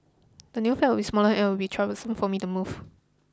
the new flat will be smaller and it will be troublesome for me to move